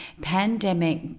pandemic